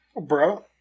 Bro